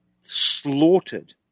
slaughtered